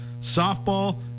softball